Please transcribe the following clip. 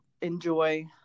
enjoy